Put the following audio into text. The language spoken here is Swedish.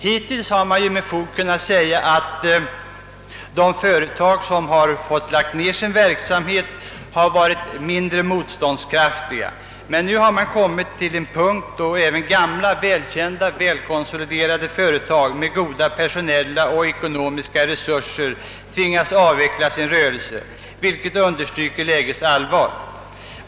Hittills har man med fog kunnat säga att de företag som fått lägga ned sin verksamhet har varit mindre motståndskraftiga. Men nu har läget blivit så allvarligt att även gamla, välkända och välkonsoliderade företag med goda personella och ekonomiska resurser tvingats avveckla sin rörelse.